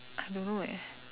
I don't know eh